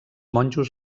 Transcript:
monjos